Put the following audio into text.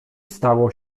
stało